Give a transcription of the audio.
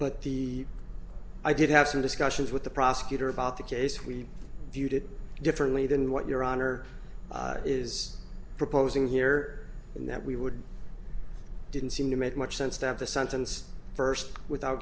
the i did have some discussions with the prosecutor about the case we viewed it differently than what your honor is proposing here and that we would didn't seem to make much sense to have the sentence first without